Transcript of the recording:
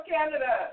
Canada